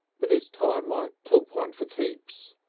but it's time i took one for keeps.